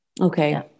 Okay